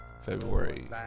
February